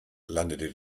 landete